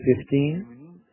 Fifteen